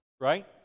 right